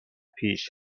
پیش